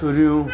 तुरियूं